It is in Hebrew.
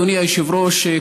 אדוני היושב-ראש,